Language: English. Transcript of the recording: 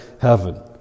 heaven